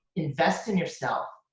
invest in yourself.